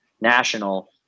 national